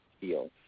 feel